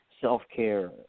self-care